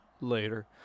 later